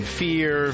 fear